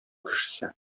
кешесе